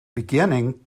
beginning